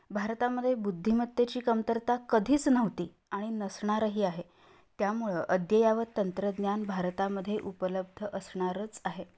भारतामध्ये बुद्धिमत्तेची कमतरता कधीच नव्हती आणि नसणारही आहे त्यामुळं अद्ययावत तंत्रज्ञान भारतामध्ये उपलब्ध असणारच आहे